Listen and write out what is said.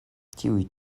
tiuj